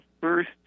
first